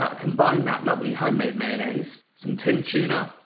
ah combine that lovely homemade mayonnaise, some tinned tuna,